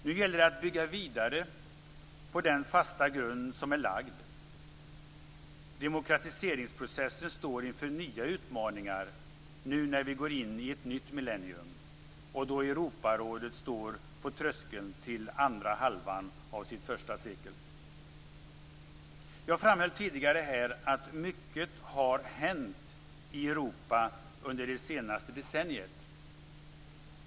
Nu gäller det att bygga vidare på den fasta grund som är lagd. Demokratiseringprocessen står inför nya utmaningar nu när vi går in i ett nytt millenium och då Europarådet står på tröskeln till andra halvan av sitt första sekel. Jag framhöll tidigare här att mycket har hänt i Europa under det senaste decenniet.